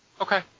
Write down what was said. Okay